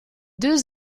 deux